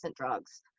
drugs